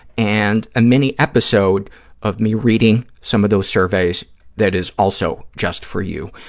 and a mini episode of me reading some of those surveys that is also just for you.